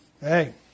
hey